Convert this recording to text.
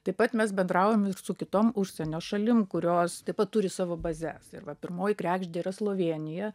taip pat mes bendraujam ir su kitom užsienio šalims kurios taip pat turi savo bazes ir va pirmoji kregždė yra slovėnija